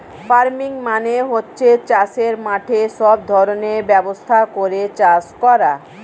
farming মানে হচ্ছে চাষের মাঠে সব ধরনের ব্যবস্থা করে চাষ করা